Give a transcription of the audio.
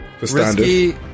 Risky